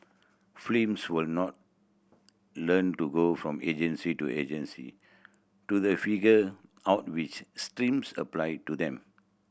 frames will not learn to go from agency to agency to they figure out which streams apply to them